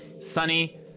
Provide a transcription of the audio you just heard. Sunny